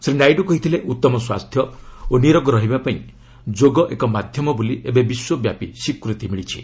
ଶ୍ରୀ ନାଇଡୁ କହିଥିଲେ ଉତ୍ତମ ସ୍ୱାସ୍ଥ୍ୟ ଓ ନିରୋଗ ରହିବା ପାଇଁ ଯୋଗ ଏକ ମାଧ୍ୟମ ବୋଲି ଏବେ ବିଶ୍ୱବ୍ୟାପୀ ସ୍ୱୀକୃତି ମିଳିଛି